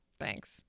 Thanks